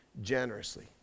generously